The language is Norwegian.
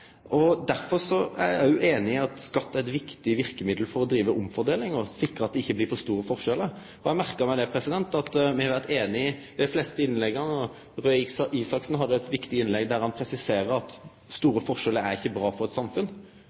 meir. Derfor er eg òg einig i at skatt er eit viktig verkemiddel for å drive omfordeling og sikre at det ikkje blir for store forskjellar. Eg merka meg at me har vore einige, det viser dei fleste innlegga. Røe Isaksen hadde eit viktig innlegg der han presiserte at store forskjellar ikkje er bra for eit samfunn.